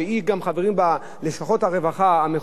חברים מן המניין בתוך ועדות הפטור.